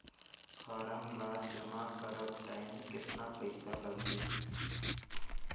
Form ला जमा करत टाइम कतना पइसा लगही?